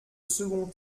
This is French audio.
second